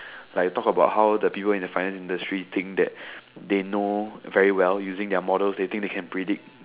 like you talk about how the people in the financial industry think that they know very well using their models they think they can predict